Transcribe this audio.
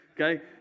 okay